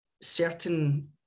certain